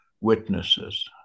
witnesses